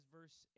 verse